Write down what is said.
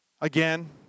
Again